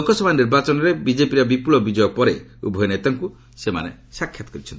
ଲୋକସଭା ନିର୍ବାଚନରେ ବିଜେପିର ବିପୁଳ ବିଜୟ ପରେ ଉଭୟ ନେତାଙ୍କୁ ସେମାନେ ସାକ୍ଷାତ କରିଛନ୍ତି